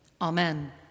Amen